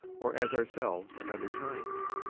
or as ourselves at other times?